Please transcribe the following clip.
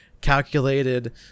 calculated